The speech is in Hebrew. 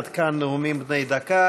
עד כאן נאומים בני דקה.